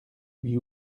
lui